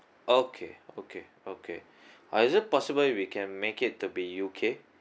okay okay okay uh is it possible if we can make it to be U_K